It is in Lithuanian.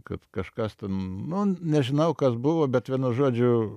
kad kažkas ten nu nežinau kas buvo bet vienu žodžiu